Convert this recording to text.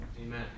Amen